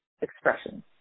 expressions